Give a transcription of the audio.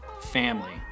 family